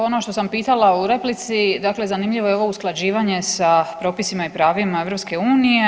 Ono što sam pitala u replici, dakle zanimljivo je ovo usklađivanje sa propisima i pravima EU.